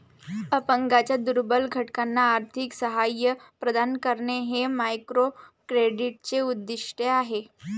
अपंगांच्या दुर्बल घटकांना आर्थिक सहाय्य प्रदान करणे हे मायक्रोक्रेडिटचे उद्दिष्ट आहे